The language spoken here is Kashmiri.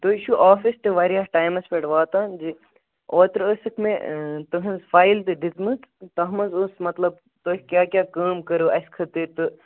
تُہۍ چھو آفِس تہِ واریاہ ٹایمس پیٹھ واتان اوترٕ ٲسکھ مےٚ تٕہنز فایل تہِ دِژمٕژ تَتھ منز ٲس مطلب تُہۍ کیاہ کیاہ کٲم کٔرٕو اسہٕ خٲطرٕ تہٕ